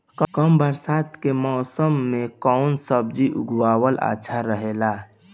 कम बरसात के मौसम में कउन सब्जी उगावल अच्छा रहेला?